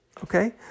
Okay